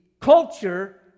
culture